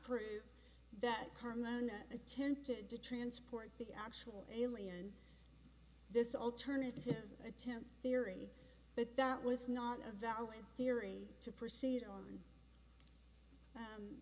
prove that carmona attempted to transport the actual alien this alternative attempt theory but that was not a valid theory to proceed on